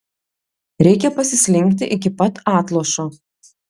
reikia pasislinkti iki pat atlošo